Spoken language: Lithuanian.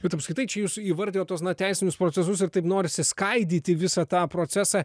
bet apskritai čia jūs įvardijot tuos teisinius procesus ir taip norisi skaidyti visą tą procesą